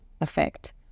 effect